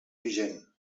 vigent